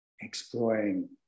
exploring